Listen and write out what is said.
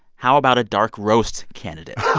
how about a dark roast candidate?